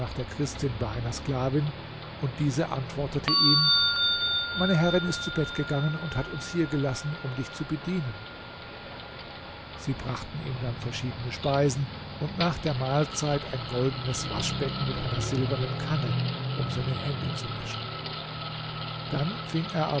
der christin bei einer sklavin und diese antwortete ihm meine herrin ist zu bett gegangen und hat uns hiergelassen um dich zu bedienen sie brachten ihm dann verschiedene speisen und nach der mahlzeit ein goldenes waschbecken mit einer silbernen kanne um seine hände zu waschen dann fing er aber an